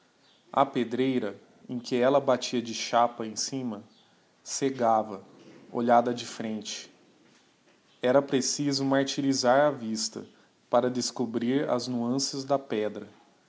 pedreira em que ella batia de chapa em cima cegava olhada de fluente era preciso martyrisar a vista para descobrir as nuances da pedra